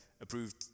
approved